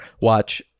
watch